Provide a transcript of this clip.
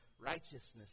righteousness